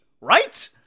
right